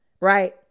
right